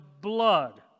blood